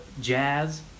Jazz